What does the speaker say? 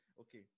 Okay